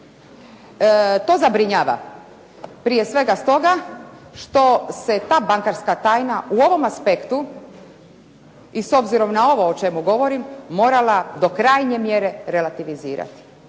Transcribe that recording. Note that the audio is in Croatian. To zabrinjava prije svega stoga što se ta bankarska tajna u ovom aspektu i s obzirom na ovo o čemu govorim, morala do krajnje mjere relativizirati.